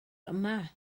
yma